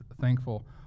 thankful